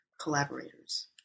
collaborators